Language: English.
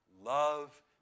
Love